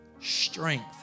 strength